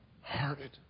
hearted